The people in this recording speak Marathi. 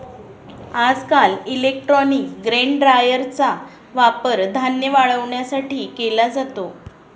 आजकाल इलेक्ट्रॉनिक ग्रेन ड्रायरचा वापर धान्य वाळवण्यासाठी केला जातो